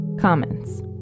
Comments